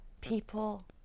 People